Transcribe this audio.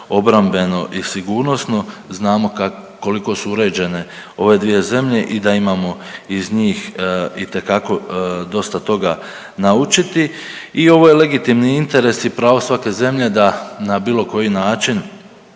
obrambeno i sigurnosno, znamo koliko su uređene ove dvije zemlje i da imamo iz njih itekako dosta toga naučiti i ovo je legitimni interes i pravo svake zemlje da na bilo koji način